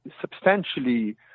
substantially